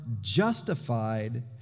justified